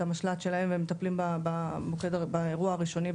המשל"ט שלהם והם מטפלים באירוע הראשוני,